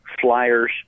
flyers